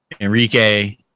Enrique